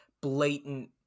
blatant